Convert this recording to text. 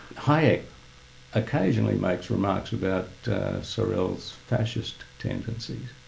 hayek occasionally makes remarks about sorel's fascist tendencies,